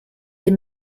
les